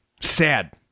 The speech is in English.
sad